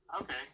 Okay